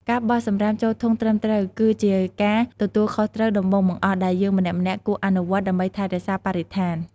ការបោះសំរាមចូលធុងត្រឹមត្រូវ គឺជាការទទួលខុសត្រូវដំបូងបង្អស់ ដែលយើងម្នាក់ៗគួរអនុវត្តដើម្បីថែរក្សាបរិស្ថាន។